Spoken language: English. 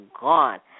gone